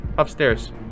Upstairs